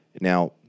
Now